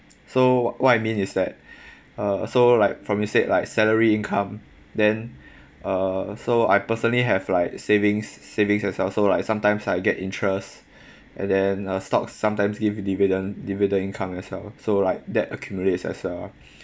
so what I mean is that uh so like from you said like salary income then uh so I personally have like savings savings as well so like sometimes I get interest and then uh stocks sometimes give dividend dividend income as well so like that accumulates as well ah